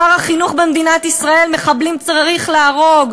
שר החינוך במדינת ישראל: מחבלים צריך להרוג,